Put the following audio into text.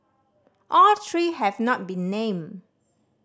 all three have not been named